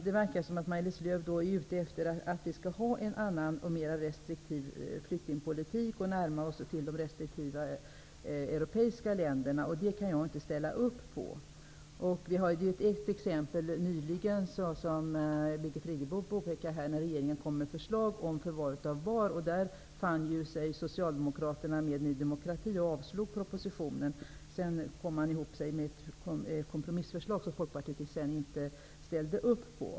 Det verkar som om Maj-Lis Lööw är ute efter att vi skall ha en mera restriktiv flyktingpolitik och närma oss de mera restriktiva europeiska länderna. Det kan jag inte ställa upp på. Vi har ett ganska nytt exempel, som Birgit Friggebo påpekade här. Regeringen kom med förslag om förvar av barn. Socialdemokraterna fann sig med Sedan kom man ihop sig om ett kompromissförslag som Folkpartiet inte ställde upp på.